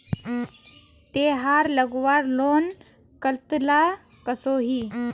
तेहार लगवार लोन कतला कसोही?